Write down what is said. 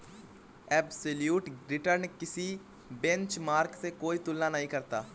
absolute return किसी benchmark से कोई तुलना नहीं करता